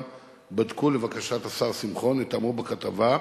בדקו לבקשת השר שמחון את האמור בכתבה,